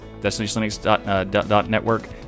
DestinationLinux.network